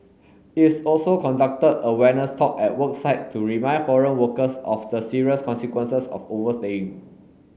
is also conducted awareness talk at work site to remind foreign workers of the serious consequences of overstaying